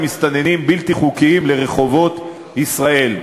מסתננים בלתי חוקיים לרחובות ישראל.